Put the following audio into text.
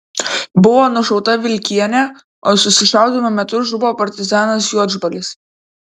buvo nušauta vilkienė o susišaudymo metu žuvo partizanas juodžbalis